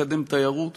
הוא פתרון טוב,